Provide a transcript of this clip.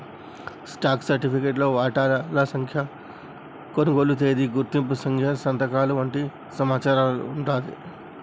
stock సర్టిఫికేట్లో వాటాల సంఖ్య, కొనుగోలు తేదీ, గుర్తింపు సంఖ్య సంతకాలు వంటి సమాచారం వుంటాంది